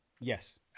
Yes